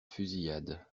fusillade